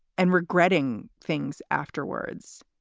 and regretting things afterwards.